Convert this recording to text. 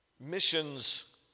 Missions